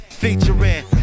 featuring